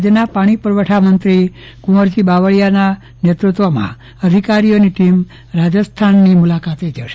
રાજ્યના પાણી પુરવઠા મંત્રી કુંવરજી બાવળીયાના નેત્રત્વમાં અધિકારીઓની ટીમ રાજસ્થાનની મુલાકાતે જશે